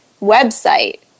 website